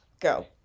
Go